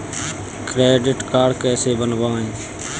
Credit card कैसे बनवाएँ?